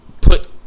put